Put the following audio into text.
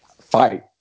Fight